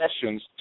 sessions